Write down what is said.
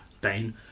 Bane